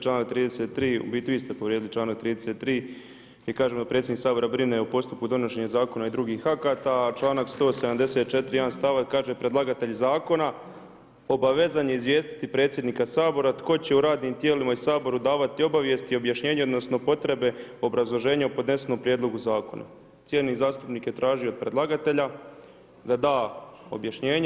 Članak 33. u biti vi ste povrijedili članak 33. i kaže: „Predsjednik Sabora brine o postupku donošenja zakona i drugih akata.“ A članak 174. jedan stavak kaže: „Predlagatelj zakona obavezan je izvijestiti predsjednika Sabora tko će u radnim tijelima i Saboru davati obavijesti i objašnjenje, odnosno potrebe obrazloženja u podnesenom prijedlogu zakona.“ Cijenjeni zastupnik je tražio od predlagatelja da da objašnjenje.